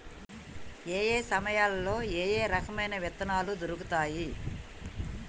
ఏయే సమయాల్లో ఏయే రకమైన విత్తనాలు దొరుకుతాయి?